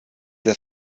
der